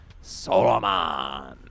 Solomon